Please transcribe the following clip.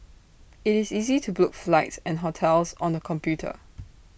IT is easy to book flights and hotels on the computer